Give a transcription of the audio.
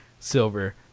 silver